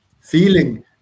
Feeling